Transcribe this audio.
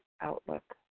outlook